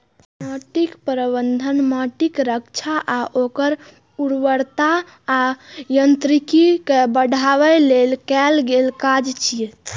माटि प्रबंधन माटिक रक्षा आ ओकर उर्वरता आ यांत्रिकी कें बढ़ाबै लेल कैल गेल काज छियै